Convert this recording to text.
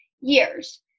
years